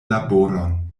laboron